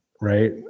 right